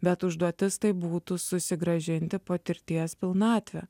bet užduotis tai būtų susigrąžinti patirties pilnatvę